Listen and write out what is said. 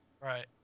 Right